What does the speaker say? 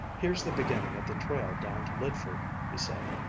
here's the beginning of the trail down to lydford, he said.